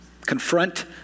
confront